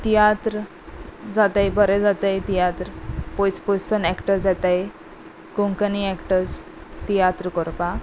तियात्र जाताय बरें जाता तियात्र पयस पयस सावन एक्टर्स येताय कोंकणी एक्टर्स तियात्र करपाक